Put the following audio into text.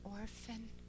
orphan